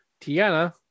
Tiana